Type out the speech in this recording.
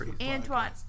Antoine